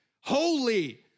holy